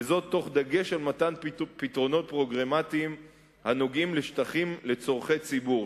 וזאת תוך דגש במתן פתרונות פרוגרמטיים הנוגעים לשטחים לצורכי ציבור,